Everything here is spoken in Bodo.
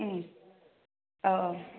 उम औ औ